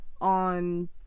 on